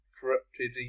corrupted